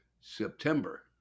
September